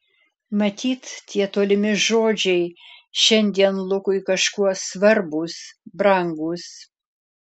matyt tie tolimi žodžiai šiandien lukui kažkuo svarbūs brangūs